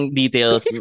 details